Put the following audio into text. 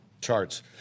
Charts